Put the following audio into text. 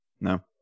No